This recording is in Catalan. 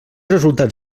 resultats